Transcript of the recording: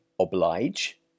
oblige